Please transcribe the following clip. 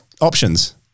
options